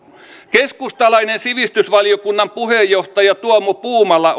keskustalainen sivistysvaliokunnan puheenjohtaja tuomo puumala